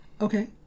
okay